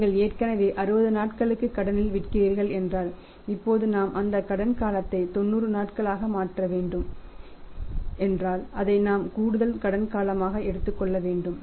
நீங்கள் ஏற்கனவே 60 நாட்களுக்கு கடனில் விற்கிறீர்கள் என்றால் இப்போது நாம் அந்த கடன் காலத்தை 90 நாட்களாக மாற்ற வேண்டும் என்றால் அதை நாம் கூடுதல் கடன் காலமாக எடுத்துக் கொள்ள வேண்டும்